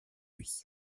lui